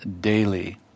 daily